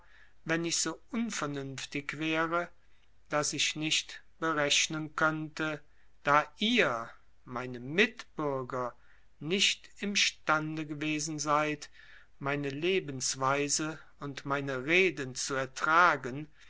wenn ich so unvernünftig wäre daß ich nicht berechnen könnte da ihr meine mitbürger nicht imstande gewesen seid meine lebensweise und meine reden zu ertragen